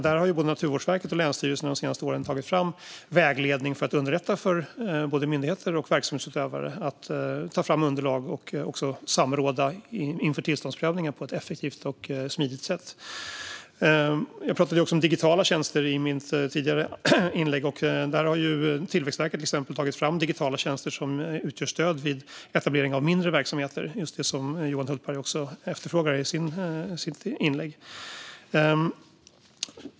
Där har både Naturvårdsverket och länsstyrelserna de senaste åren tagit fram vägledningar för att underlätta för myndigheter och verksamhetsutövare att ta fram underlag och samråda inför tillståndsprövningar på ett effektivt och smidigt sätt. Jag tog upp digitala tjänster i mitt tidigare inlägg. Där har Tillväxtverket tagit fram digitala tjänster som utgör stöd vid etablering av mindre verksamheter, det vill säga just det som Johan Hultberg efterfrågar i sitt inlägg.